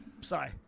sorry